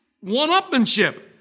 one-upmanship